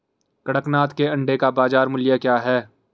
कड़कनाथ के अंडे का बाज़ार मूल्य क्या है?